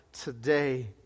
today